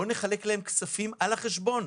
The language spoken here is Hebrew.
בואו נחלק כספים על החשבון,